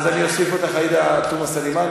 אז אני אוסיף אותך, עאידה תומא סלימאן.